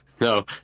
No